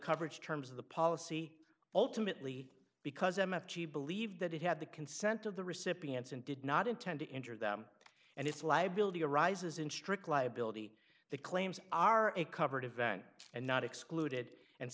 coverage terms of the policy ultimately because m f g believed that it had the consent of the recipients and did not intend to injure them and its liability arises in strict liability the claims are a covered event and not excluded and